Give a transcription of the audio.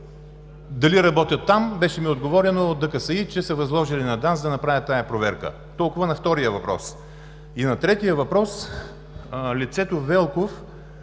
дали работят там, беше ми отговорено от ДКСИ, че са възложили на ДАНС да направят тази проверка. Толкова на втория въпрос. И на третия въпрос, лицето Велков